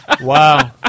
Wow